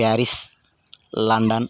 Paris London